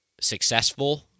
successful